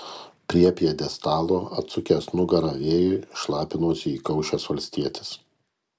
prie pjedestalo atsukęs nugarą vėjui šlapinosi įkaušęs valstietis